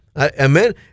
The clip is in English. amen